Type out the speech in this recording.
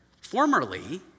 Formerly